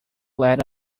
let